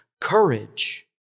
courage